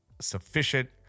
sufficient